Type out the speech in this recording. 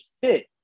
fit